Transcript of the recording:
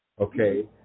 okay